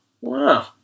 Wow